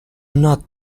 not